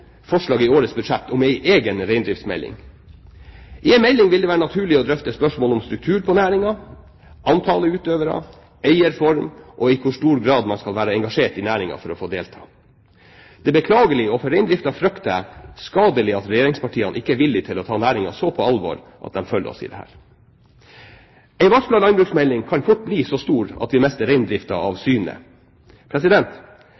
forslag om en egen reindriftsmelding. I en melding vil det være naturlig å drøfte spørsmål om struktur på næringen, antallet utøvere, eierform og i hvor stor grad man skal være engasjert i næringen for å få delta. Det er beklagelig og for reindriften, frykter jeg, skadelig at regjeringspartiene ikke er villig til å ta næringen så alvorlig at de følger oss i dette. En varslet landbruksmelding kan fort bli så stor at vi mister reindriften av